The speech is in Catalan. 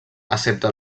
excepte